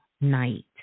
night